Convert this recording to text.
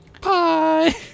Bye